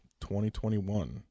2021